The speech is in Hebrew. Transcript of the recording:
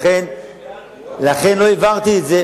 לכן לא העברתי את זה